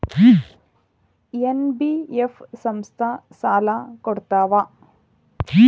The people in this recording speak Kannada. ಎನ್.ಬಿ.ಎಫ್ ಸಂಸ್ಥಾ ಸಾಲಾ ಕೊಡ್ತಾವಾ?